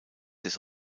des